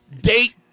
date